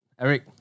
Eric